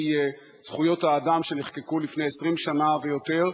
זכויות האדם שנחקקו לפני 20 שנה ויותר.